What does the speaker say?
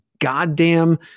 goddamn